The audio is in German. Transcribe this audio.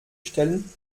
stellen